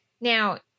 Now